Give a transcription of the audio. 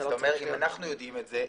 אז אתה אומר: אם אנחנו יודעים את זה,